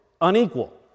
unequal